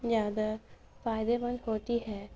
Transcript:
زیادہ فائدے مند ہوتی ہے